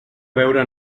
veure